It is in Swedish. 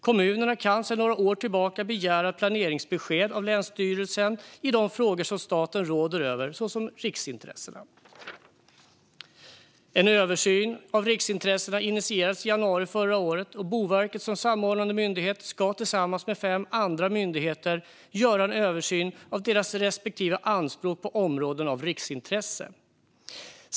Kommunerna kan sedan några år tillbaka begära ett planeringsbesked av länsstyrelsen i de frågor som staten råder över, såsom riksintressena. En översyn av riksintressena initierades i januari förra året. Boverket, som samordnande myndighet, ska tillsammans med fem andra myndigheter göra en översyn av deras respektive anspråk på områden av riksintresse.